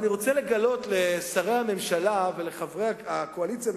אני רוצה לגלות לשרי הממשלה ולחברי הקואליציה,